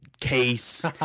case